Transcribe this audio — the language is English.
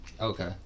okay